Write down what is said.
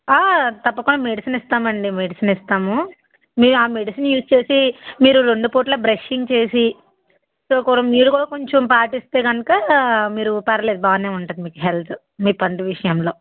తప్పకుండ మెడిసిన్ ఇస్తామండీ మెడిసిన్ ఇస్తాము మీరు ఆ మెడిసిన్ యూజ్ చేసి మీరు రెండు పూటల బ్రషింగ్ చేసి సో కూడా మీరు కూడా కొంచెం పాటిస్తే కనుక మీరు పర్లేదు బాగానే ఉంటుంది మీకు హెల్త్ మీ పంటి విషయంలో